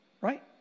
Right